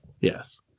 yes